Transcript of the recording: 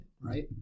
right